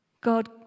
God